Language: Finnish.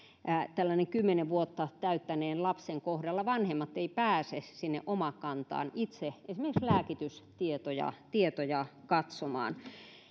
tällaisen kymmenen vuotta täyttäneen lapsen kohdalla vanhemmat eivät itse pääse omakantaan esimerkiksi lääkitystietoja katsomaan